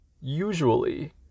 usually